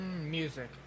Music